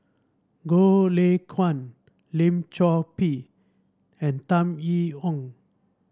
Goh Lay Kuan Lim Chor Pee and Tan Yee Hong